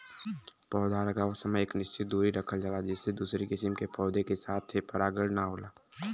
पौधा लगावत समय एक निश्चित दुरी रखल जाला जेसे दूसरी किसिम के पौधा के साथे परागण ना होला